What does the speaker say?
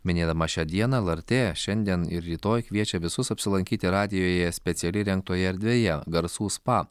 minėdama šią dieną lrt šiandien ir rytoj kviečia visus apsilankyti radijuje specialiai įrengtoje erdvėje garsų spa